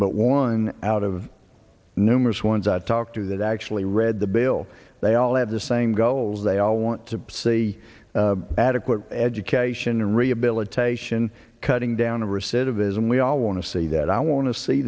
but one out of numerous ones i've talked to that actually read the bill they all have the same goals they all want to see adequate education and rehabilitation cutting down recidivism we all want to see that i want to see